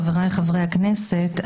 חבריי חברי הכנסת,